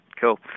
Cool